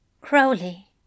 Crowley